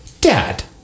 Dad